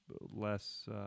less